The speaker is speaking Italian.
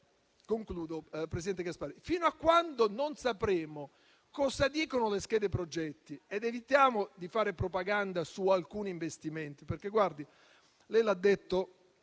non lo molliamo l'osso fino a quando non sapremo cosa dicono le schede progetti. Evitiamo di fare propaganda su alcuni investimenti.